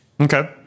Okay